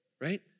right